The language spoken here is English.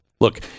Look